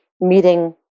meeting